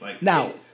Now